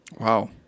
Wow